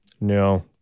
No